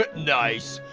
but nice,